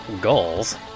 Goals